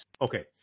Okay